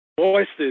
Voices